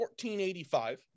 1485